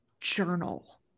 journal